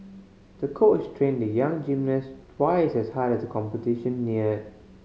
the coach trained the young gymnast twice as hard as the competition neared